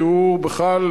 כי הוא בכלל,